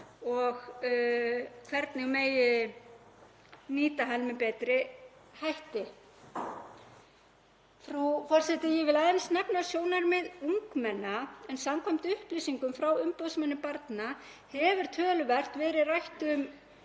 og hvernig megi nýta hann með betri hætti. Frú forseti. Ég vil aðeins nefna sjónarmið ungmenna en samkvæmt upplýsingum frá umboðsmanni barna hefur töluvert verið rætt um